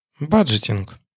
Budgeting